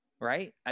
Right